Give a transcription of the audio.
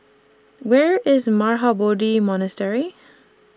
Where IS Mahabodhi Monastery